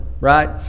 Right